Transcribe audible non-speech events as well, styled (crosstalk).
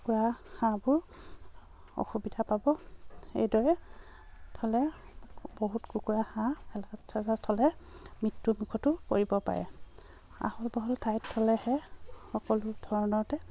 কুকুৰা হাঁহবোৰ অসুবিধা পাব এইদৰে থ'লে বহুত কুকুৰা হাঁহ (unintelligible) থ'লে মৃত্যুমুখতো কৰিব পাৰে আহল বহল ঠাইত থ'লেহে সকলো ধৰণতে